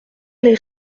les